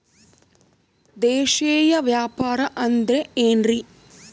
ದೇಶೇಯ ವ್ಯಾಪಾರ ಅಂದ್ರೆ ಏನ್ರಿ?